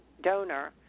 donor